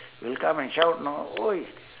will come and shout know !oi!